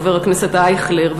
חבר הכנסת אייכלר,